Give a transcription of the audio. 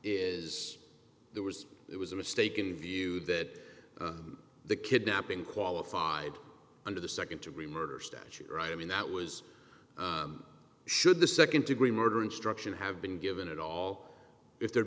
is there was it was a mistaken view that the kidnapping qualified under the second degree murder statute right i mean that was should the second degree murder instruction have been given at all if there